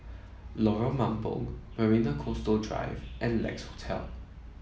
Lorong Mambong Marina Coastal Drive and Lex Hotel